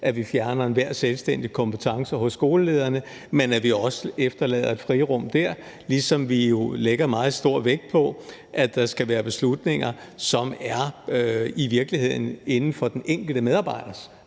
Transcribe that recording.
at vi fjerner enhver selvstændig kompetence hos skolelederne, men klogt, at vi også efterlader et frirum der, ligesom vi jo lægger meget stor vægt på, at der skal være beslutninger, som det i virkeligheden ligger inden for den enkelte medarbejders